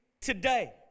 today